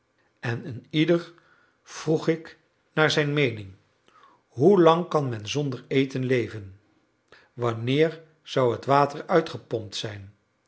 en een ieder vroeg ik naar zijn meening hoelang kan men zonder eten leven wanneer zou het water uitgepompt zijn